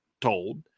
told